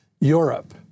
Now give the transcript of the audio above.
Europe –